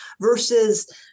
versus